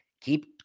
Keep